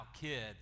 kid